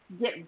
get